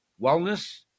wellness